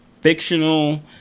fictional